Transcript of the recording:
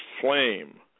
flame